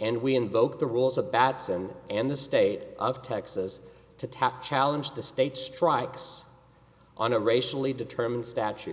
and we invoked the rules of bats and and the state of texas to tap challenge the state strikes on a racially determined statute